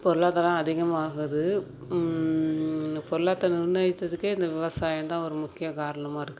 பொருளாதாரம் அதிகமாகுது பொருளாத்த நிர்ணயித்ததுக்கே இந்த விவசாயம்தான் ஒரு முக்கிய காரணமாக இருக்குது